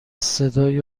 صدای